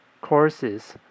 courses